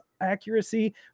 accuracy